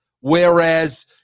whereas